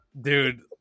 dude